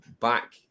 back